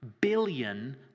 billion